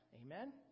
Amen